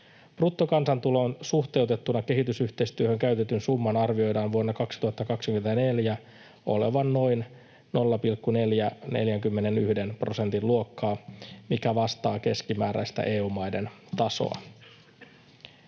Bruttokansantuloon suhteutettuna kehitysyhteistyöhön käytetyn summan arvioidaan vuonna 2024 olevan noin 0,41 prosentin luokkaa, mikä vastaa keskimääräistä EU-maiden tasoa.